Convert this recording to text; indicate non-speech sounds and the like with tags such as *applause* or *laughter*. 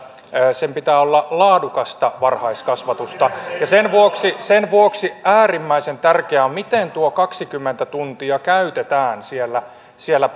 sen pitää olla laadukasta varhaiskasvatusta ja sen vuoksi sen vuoksi äärimmäisen tärkeää on miten tuo kaksikymmentä tuntia käytetään siellä siellä *unintelligible*